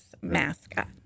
mascot